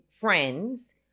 friends